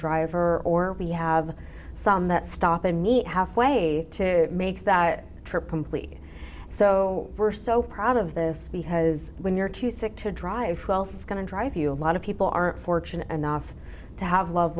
driver or we have some that stop and meet halfway to make that trip completely so we're so proud of this because when you're too sick to drive twelve going to drive you a lot of people aren't fortunate enough to have loved